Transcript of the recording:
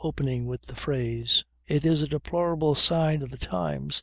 opening with the phrase it is a deplorable sign of the times